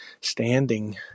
standing